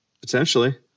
potentially